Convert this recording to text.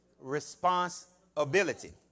responsibility